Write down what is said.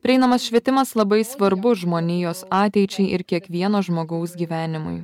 prieinamas švietimas labai svarbus žmonijos ateičiai ir kiekvieno žmogaus gyvenimui